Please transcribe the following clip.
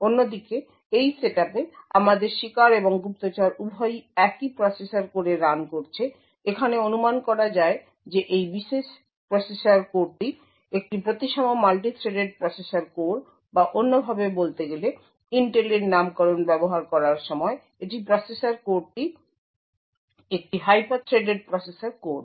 অন্যদিকে এই সেটআপে আমাদের শিকার এবং গুপ্তচর উভয়ই একই প্রসেসর কোরে রান করছে এখানে অনুমান করা যায় যে এই বিশেষ প্রসেসর কোরটি একটি প্রতিসম মাল্টি থ্রেডেড প্রসেসর কোর বা অন্যভাবে বলতে গেলে ইন্টেলের নামকরণ ব্যবহার করার সময় এটি প্রসেসর কোরটি একটি হাইপার থ্রেডেড প্রসেসর কোর